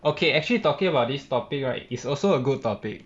okay actually talking about this topic right is also a good topic